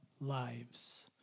lives